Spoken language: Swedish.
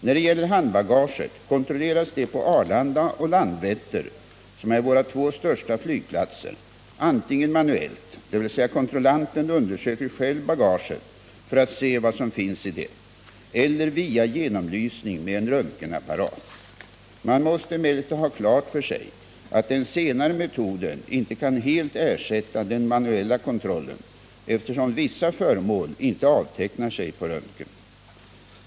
När det gäller handbagaget kontrolleras det på Arlanda och Landvetter, som är våra två största flygplatser, antingen manuellt, dvs. kontrollanten undersöker själv bagaget för att se vad som finns i det, eller via genomlysning med en röntgenapparat. Man måste emellertid ha klart för sig att den senare metoden inte kan helt ersätta den manuella kontrollen, eftersom vissa föremål inte avtecknar sig på röntgen.